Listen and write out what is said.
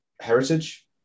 heritage